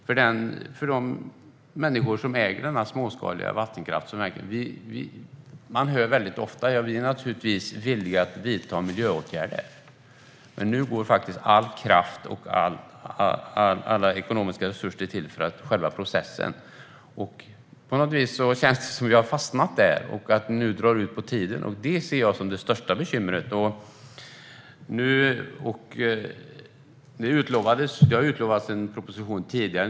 Från de människor som äger denna småskaliga vattenkraft hör man ofta: Vi är naturligtvis villiga att vidta miljöåtgärder, men nu går faktiskt all kraft och alla ekonomiska resurser till själva processen. På något vis känns det som att vi har fastnat där och att det nu drar ut på tiden. Det ser jag som det största bekymret. Det har utlovats en proposition tidigare.